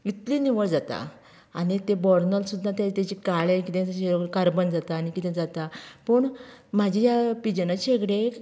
इतली निवळ जाता आनी तें बर्नर सुद्दां तें तेजे काळें कितें तेजे कार्बन जाता आनी कितें जाता पूण म्हाजे जे पिजनाचे शेगडेक